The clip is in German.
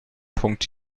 punkt